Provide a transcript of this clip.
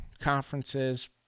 conferences